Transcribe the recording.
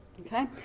Okay